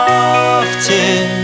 often